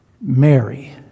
Mary